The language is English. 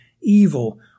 evil